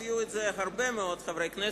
והציעו את זה הרבה מאוד חברי כנסת,